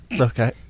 Okay